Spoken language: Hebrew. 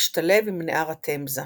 משתלב עם נהר התמזה.